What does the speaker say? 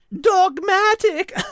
dogmatic